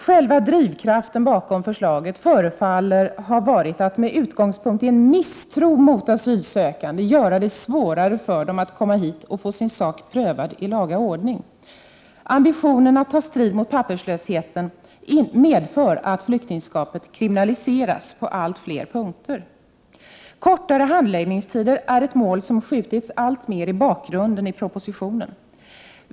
Själva drivkraften bakom förslaget förefaller ha varit att med utgångspunkt i en misstro mot asylsökande göra det svårare för dem att komma hit och få sin sak prövad i laga ordning. Ambitionen att ta strid mot papperslösheten medför att flyktingskapet kriminaliseras på allt fler punkter. Kortare handläggningstider är ett mål som skjutits alltmer i bakgrunden i propositionen.